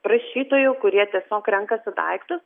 prašytojų kurie tiesiog renkasi daiktus